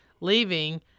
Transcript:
leaving